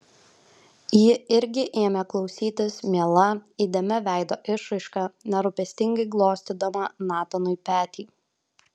ji irgi ėmė klausytis miela įdėmia veido išraiška nerūpestingai glostydama natanui petį